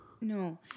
No